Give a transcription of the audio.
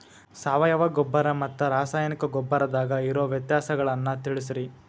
ಸಾವಯವ ಗೊಬ್ಬರ ಮತ್ತ ರಾಸಾಯನಿಕ ಗೊಬ್ಬರದಾಗ ಇರೋ ವ್ಯತ್ಯಾಸಗಳನ್ನ ತಿಳಸ್ರಿ